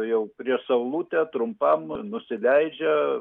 jau prieš saulutę trumpam nusileidžia